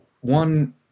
one